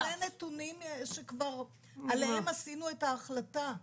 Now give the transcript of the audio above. זה נתונים שעליהם עשינו את ההחלטה,